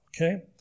Okay